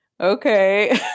okay